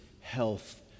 health